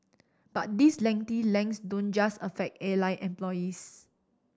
but these lengthy legs don't just affect airline employees